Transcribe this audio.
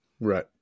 Right